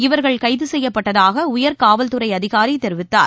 இவர்கள் கைது செய்யப்பட்டதாக உயர் காவல்துறை அதிகாரி தெரிவித்தார்